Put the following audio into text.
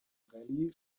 rallye